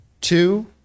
two